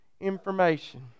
information